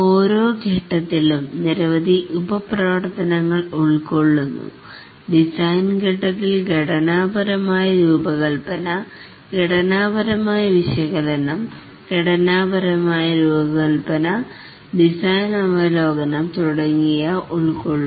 ഓരോ ഘട്ടത്തിലും നിരവധി ഉപപ്രവർത്തനങ്ങൾ ഉൾക്കൊള്ളുന്നു ഡിസൈൻ ഘട്ടത്തിൽ ഘടനാപരമായ രൂപകല്പന ഘടനാപരമായ വിശകലനം ഡിസൈൻ അവലോകനം തുടങ്ങിയവ ഉൾക്കൊള്ളുന്നു